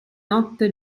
notte